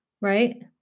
right